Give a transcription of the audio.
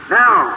now